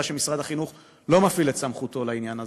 שמשרד החינוך לא מפעיל את סמכותו לעניין הזה.